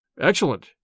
Excellent